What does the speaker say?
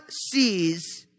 sees